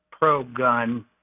pro-gun